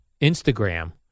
Instagram